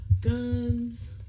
guns